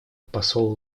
посол